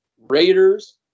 Raiders